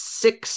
six